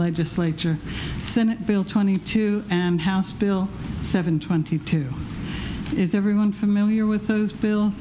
legislature senate bill twenty two and house bill seven twenty two is everyone familiar with those bill